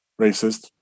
racist